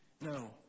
No